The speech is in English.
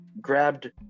grabbed